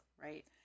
Right